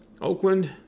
Oakland